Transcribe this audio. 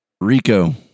Rico